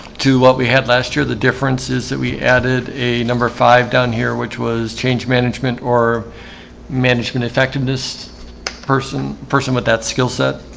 to what we had last year the difference is that we added a number five down here which was change management or management effectiveness person person with that skill set